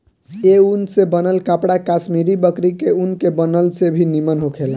ए ऊन से बनल कपड़ा कश्मीरी बकरी के ऊन के बनल से भी निमन होखेला